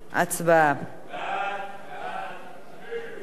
ההצעה להעביר את הצעת חוק להארכת תוקפן של תקנות שעת-חירום